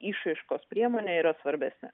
išraiškos priemonė yra svarbesnė